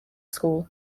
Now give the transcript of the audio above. school